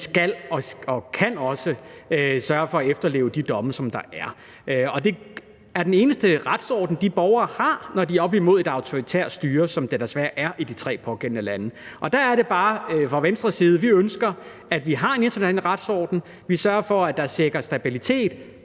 skal og også kan sørge for at efterleve de domme, der er, og det er den eneste retsorden, de borgere har, når de er oppe imod et autoritært styre, som der desværre er i de tre pågældende lande. Der er det bare, at vi fra Venstres side ønsker, at vi har en international retsorden, og at vi sørger for, at der sikres stabilitet.